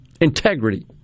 integrity